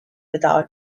without